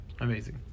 amazing